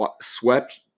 Swept